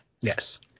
yes